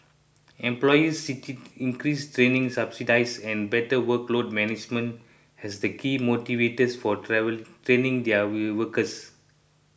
employers cited increased training subsidies and better workload management as the key motivators for travel training their workers